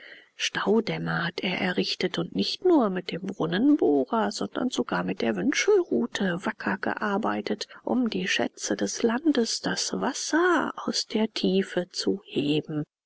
staudämme hat er errichtet und nicht nur mit dem brunnenbohrer sondern sogar mit der wünschelrute wacker gearbeitet um die schätze des landes das wasser aus der tiefe zu heben